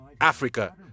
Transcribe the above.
Africa